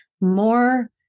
more